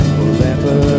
forever